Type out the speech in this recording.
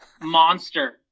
monster